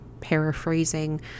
paraphrasing